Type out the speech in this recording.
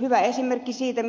hyvä esimerkki siitä